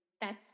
thats